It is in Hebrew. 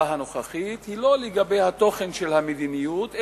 הנוכחית היא לא לגבי התוכן של המדיניות,